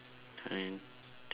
oriented